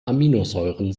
aminosäuren